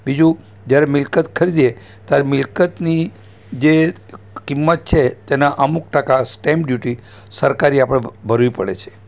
બીજું જ્યારે મિલકત ખરીદીએ ત્યારે મિલકતની જે કિંમત છે તેના અમુક ટકા સ્ટેમ્પ ડયુટી સરકારી આપણે ભરવી પડે છે